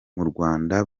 rwanda